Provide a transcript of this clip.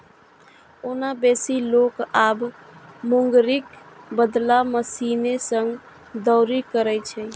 ओना बेसी लोक आब मूंगरीक बदला मशीने सं दौनी करै छै